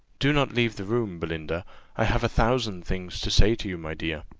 do not leave the room, belinda i have a thousand things to say to you, my dear.